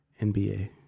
NBA